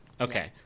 Okay